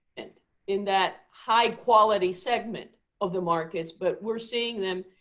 and in that high quality segment of the markets, but we're seeing them,